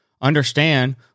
understand